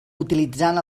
utilitzant